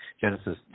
Genesis